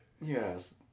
yes